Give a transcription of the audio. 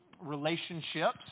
relationships